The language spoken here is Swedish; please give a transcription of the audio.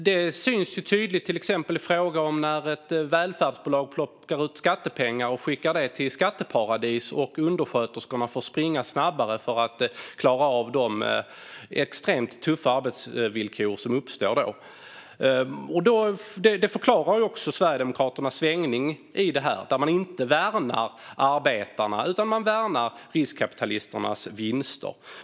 Det syns tydligt till exempel när ett välfärdsbolag plockar ut skattepengar och skickar dem till skatteparadis och undersköterskorna får springa snabbare för att klara av de extremt tuffa arbetsvillkor som uppstår då. Det förklarar också Sverigedemokraternas svängning, där de inte värnar arbetarna utan i stället värnar riskkapitalisternas vinster.